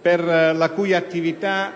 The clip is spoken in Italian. per la cui attività